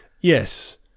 yes